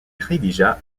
rédigea